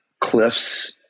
cliffs